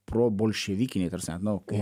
probolševikiniai ta rsme nu kaip